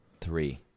Three